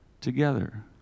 Together